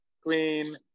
clean